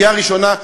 קריאה ראשונה,